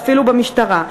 ואפילו במשטרה,